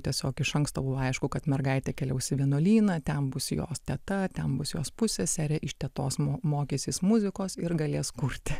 tiesiog iš anksto buvo aišku kad mergaitė keliaus į vienuolyną ten bus jos teta ten bus jos pusseserė iš tetos mokęsis muzikos ir galės kurti